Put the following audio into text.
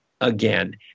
again